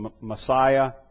Messiah